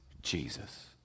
jesus